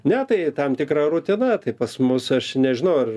ne tai tam tikra rutina tai pas mus aš nežinau ar